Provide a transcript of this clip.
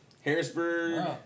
Harrisburg